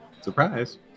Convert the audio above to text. surprise